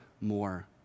more